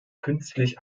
künstlich